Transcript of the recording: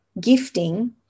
gifting